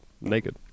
naked